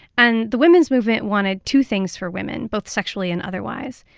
and the women's movement wanted two things for women, both sexually and otherwise.